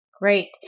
Great